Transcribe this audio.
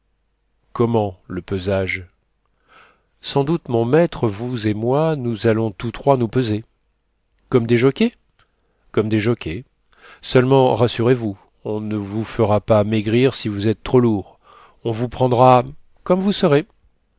comment le pesage sans doute mon maître vous et moi nous allons tous trois nous peser comme des jockeys comme des jockeys seulement rassurez-vous on ne vous fera pas maigrir si vous êtes trop lourd on vous prendra comme vous serez